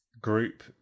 group